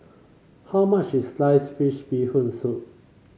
how much is Sliced Fish Bee Hoon Soup